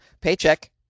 paycheck